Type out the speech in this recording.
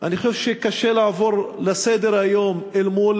אני חושב שקשה לעבור לסדר-היום אל מול